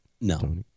no